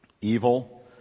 evil